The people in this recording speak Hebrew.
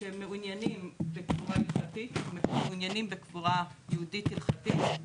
שמעוניינים בקבורה יהודית הלכתית,